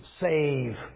save